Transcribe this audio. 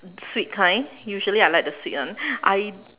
sweet kind usually I like the sweet one I